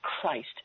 Christ